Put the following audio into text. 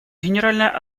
генеральная